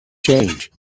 change